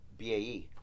BAE